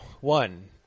One